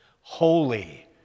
holy